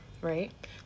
right